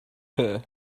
her